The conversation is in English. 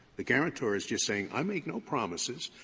the guarantor is just saying, i make no promises,